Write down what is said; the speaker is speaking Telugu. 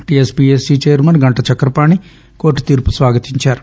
TS PS chairman Ganta Chakrapani court తీర్పును స్వాగతించారు